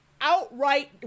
outright